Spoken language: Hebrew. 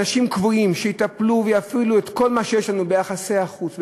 אנשים קבועים שיטפלו ויפעילו את כל מה שיש לנו ביחסי החוץ,